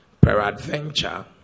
Peradventure